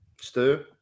Stu